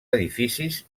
edificis